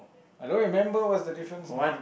I don't remember what's the difference now